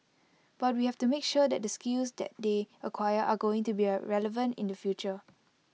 but we have to make sure that the skills that they acquire are going to be relevant in the future